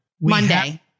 Monday